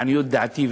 לעניות דעתי,